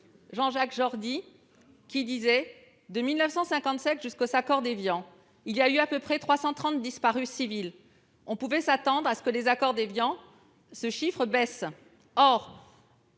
Jean-Jacques Jordi a déclaré :« De 1957 jusqu'aux accords d'Évian, il y a eu à peu près 330 disparus civils. On pouvait s'attendre à ce qu'après les accords d'Évian ce chiffre baisse.